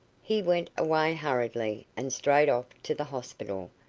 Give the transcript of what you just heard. he went away hurriedly, and straight off to the hospital,